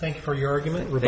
thanks for your argument with